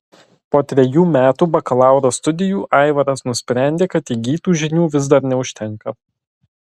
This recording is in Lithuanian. po trejų metų bakalauro studijų aivaras nusprendė kad įgytų žinių vis dar neužtenka